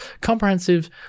comprehensive